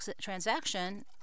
transaction